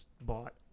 bought